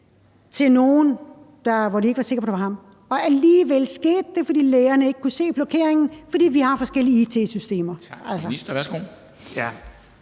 til nogen, som de ikke var sikre på var ham. Og alligevel skete det, fordi lægerne ikke kunne se blokeringen, fordi vi har forskellige it-systemer.